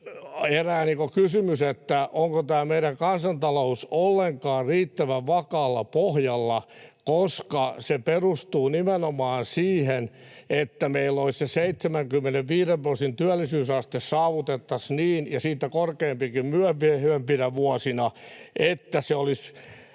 herää kysymys, onko tämä meidän kansantalous ollenkaan riittävän vakaalla pohjalla, koska se perustuu nimenomaan siihen, että meillä olisi se 75 prosentin työllisyysaste, ja siitä korkeampikin myöhempinä vuosina, joka